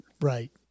Right